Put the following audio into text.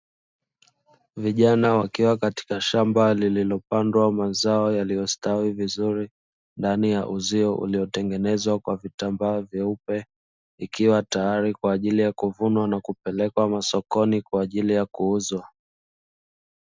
Vijana wakiwa katika shamba lililopandwa mazao yaliyo stawi vizuri, ndani ya uzio uliotengenezwa kwa vitambaa vyeupe. Ikiwa tayari kwa ajili ya kuvunwa nakupelekwa masokoni tayari kwa ajili ya kuuzwa.